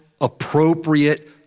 appropriate